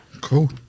Cool